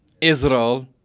Israel